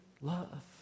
love